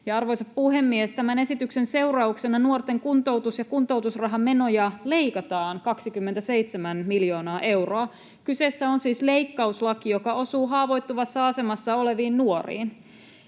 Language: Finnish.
Arvoisa puhemies! Tämän esityksen seurauksena nuorten kuntoutus- ja kuntoutusraha- menoja leikataan 27 miljoonaa euroa. Kyseessä on siis leikkauslaki, joka osuu haavoittuvassa asemassa oleviin nuoriin.